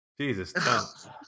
Jesus